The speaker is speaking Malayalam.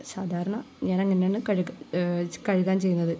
സാധാരണ ഞാൻ അങ്ങനെയാണ് കഴുകാൻ ചെയ്യുന്നത്